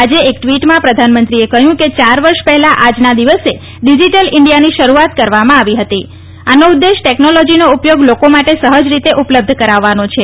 આજે એક ટવીટમાં પ્રધાનમંત્રીએ કહ્યું કે ચાર વર્ષ પહેલા આજના દિવસે ડિજીટલ ઇન્ડિયાની શરૂઆત કરવામાં આવી હતી આનો ઉધ્યેશ ટેકનોલોજીનો ઉપયોગ લોકો માટે સહજ રીતે ઉપલબ્ધ કરાવવાનો છે